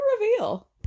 reveal